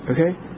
Okay